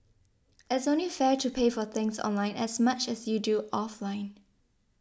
it's only fair to pay for things online as much as you do offline